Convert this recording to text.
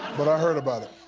but i heard about it.